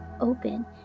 open